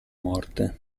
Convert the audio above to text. morte